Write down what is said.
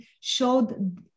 showed